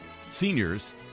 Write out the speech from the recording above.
seniors